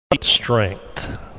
strength